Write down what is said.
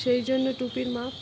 সেই জন্য টুপির মাপ